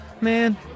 Man